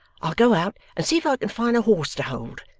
i'll go out and see if i can find a horse to hold,